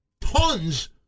tons